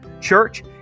church